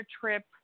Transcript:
trip